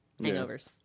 hangovers